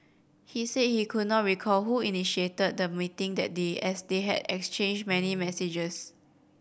he said he could not recall who initiated the meeting that day as they had exchanged many messages